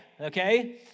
okay